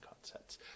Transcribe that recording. concepts